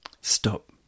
Stop